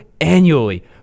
annually